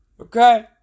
Okay